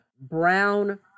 brown